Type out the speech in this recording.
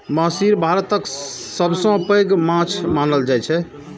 महसीर भारतक सबसं पैघ माछ मानल जाइ छै